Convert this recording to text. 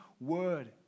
word